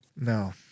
No